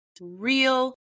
real